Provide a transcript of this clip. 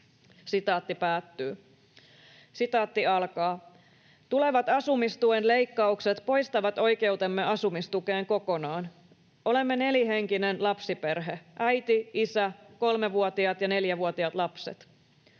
patistaisi kokopäivätöihin.” ”Tulevat asumistuen leikkaukset poistavat oikeutemme asumistukeen kokonaan. Olemme nelihenkinen lapsiperhe: äiti, isä, 3-vuotias ja 4-vuotias lapsi.